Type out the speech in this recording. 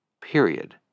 period